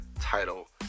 title